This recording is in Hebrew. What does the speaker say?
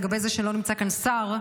לגבי זה שלא נמצא כאן שר,